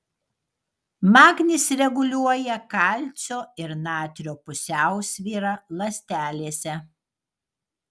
magnis reguliuoja kalcio ir natrio pusiausvyrą ląstelėse